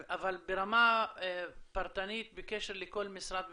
אבל ברמה פרטנית בקשר לכל משרד ומשרד,